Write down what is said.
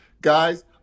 guys